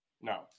No